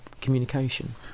communication